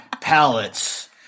pallets